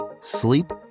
sleep